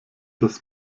das